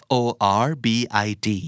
Forbid